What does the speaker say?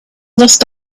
lost